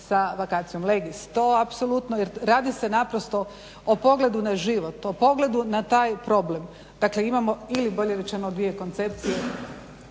sa vacatio legis. To apsolutno jer radi se naprosto o pogledu na život, o pogledu na taj problem. Dakle, imamo ili bolje rečeno dvije koncepcije